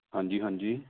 ਹਾਂਜੀ ਹਾਂਜੀ